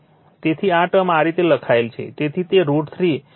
તેથી આ ટર્મ આ રીતે લખાયેલ છે તેથી તે √ 3 VL IL cos છે